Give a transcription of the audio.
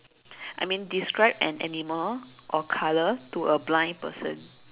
I mean describe an animal or colour to a blind person